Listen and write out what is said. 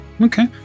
Okay